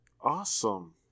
Awesome